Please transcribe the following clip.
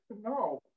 No